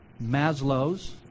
Maslow's